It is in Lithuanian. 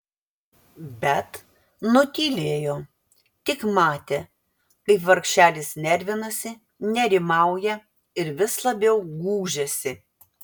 bet nutylėjo tik matė kaip vargšelis nervinasi nerimauja ir vis labiau gūžiasi